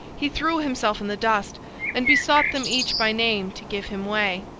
he threw himself in the dust and besought them each by name to give him way.